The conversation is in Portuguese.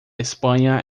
espanha